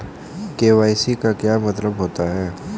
KYC का क्या मतलब होता है?